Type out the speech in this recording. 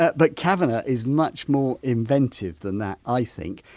ah but cavanagh is much more inventive than that, i think.